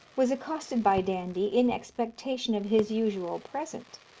was accosted by dandie, in expectation of his usual present.